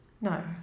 No